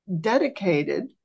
dedicated